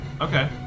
Okay